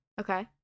Okay